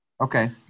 Okay